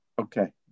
Okay